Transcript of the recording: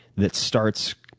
that starts